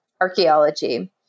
archaeology